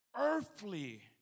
Earthly